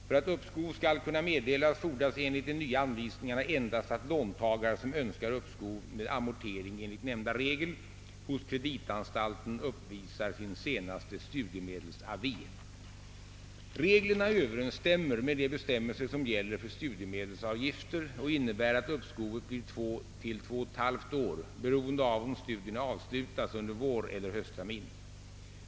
För att uppskov skall kunna meddelas fordras enligt de nya anvisningarna endast att låntagare, som önskar "uppskov med amortering enligt nämnda regel, hos kreditanstalten uppvisar sin senaste studiemedelsavi. Reglerna överensstämmer med de bestämmelser som gäller för studiemedelsavgifter och innebär, att uppskovet blir 2—2!/> år beroende av om studierna avslutats under våreller hösttermin.